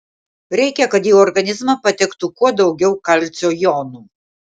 reikia kad į organizmą patektų kuo daugiau kalcio jonų